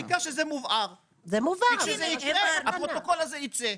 העיקר שזה מובהר, כי כשזה יקרה הפרוטוקול הזה יצא.